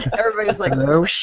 everybody is like, shhh,